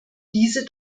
diese